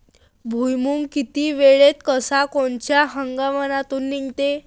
भुईमुंग किती वेळात अस कोनच्या हंगामात निगते?